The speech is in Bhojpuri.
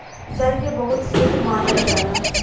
जल के बहुत शुद्ध मानल जाला